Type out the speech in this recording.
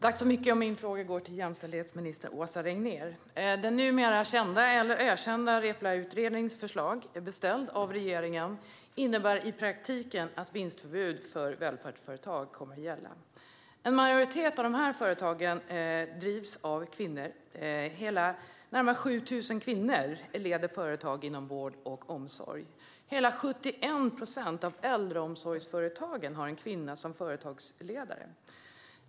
Fru talman! Min fråga går till jämställdhetsminister Åsa Regnér. Den numera kända eller ökända Reepaluutredningens förslag är beställda av regeringen. De innebär i praktiken att vinstförbud för välfärdsföretag kommer att gälla. En majoritet av de företagen drivs av kvinnor. Det är närmare 7 000 kvinnor som leder företag inom vård och omsorg. Det är hela 71 procent av äldreomsorgsföretagen som har en kvinna som företagsledare.